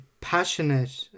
passionate